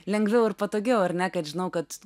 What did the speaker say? lengviau ir patogiau ar ne kad žinau kad